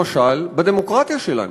למשל, בדמוקרטיה שלנו.